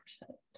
percent